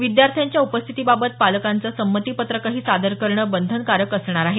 विद्यार्थ्यांच्या उपस्थितीबाबत पालकांचे संमतीपत्रकही सादर करणं बंधनकारक असणार आहे